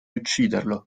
ucciderlo